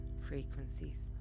frequencies